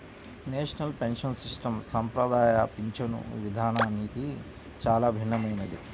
national pension system సంప్రదాయ పింఛను విధానానికి చాలా భిన్నమైనది